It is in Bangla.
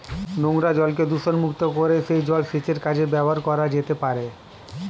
নোংরা জলকে দূষণমুক্ত করে সেই জল সেচের কাজে ব্যবহার করা যেতে পারে